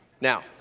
Now